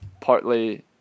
partly